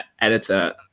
editor